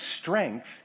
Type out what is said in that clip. strength